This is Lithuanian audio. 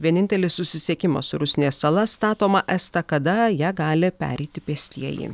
vienintelis susisiekimas su rusnės sala statoma estakada ja gali pereiti pėstieji